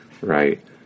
right